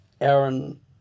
Aaron